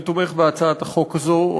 אני תומך בהצעת החוק הזו,